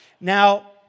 Now